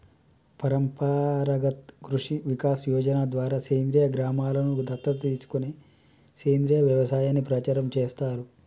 పరంపరాగత్ కృషి వికాస్ యోజన ద్వారా సేంద్రీయ గ్రామలను దత్తత తీసుకొని సేంద్రీయ వ్యవసాయాన్ని ప్రచారం చేస్తారు